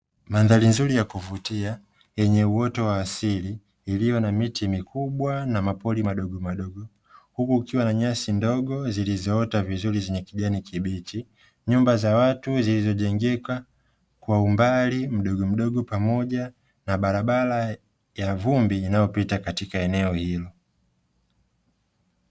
Mandhari nzuri ya kuvutia yenye uoto wa asili iliyo na miti mikubwa na mapori madogo madogo huku kukiwa na nyasi ndogo zilizoota vizuri zenye kijani kibichi, nyumba za watu zilizojengeka kwa umbali mdogomdogo pamoja na barabara ya vumbi inayopita katika eneo hilo.